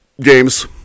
games